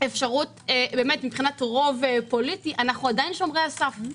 אפשרות מבחינת רוב פוליטי, אנחנו עדיין שומרי הסף.